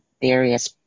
various